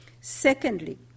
Secondly